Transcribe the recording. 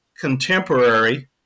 contemporary